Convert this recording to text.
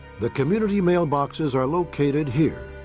the community mailboxes are located here.